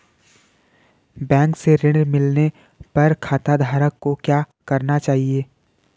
Bank से ऋण मिलने पर खाताधारक को क्या करना चाहिए?